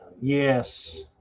Yes